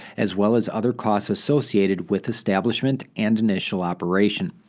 as well as other costs associated with establishment and initial operation.